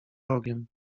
rogiem